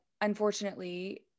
unfortunately